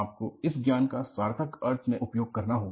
आपको इस ज्ञान का सार्थक अर्थ में उपयोग करना होगा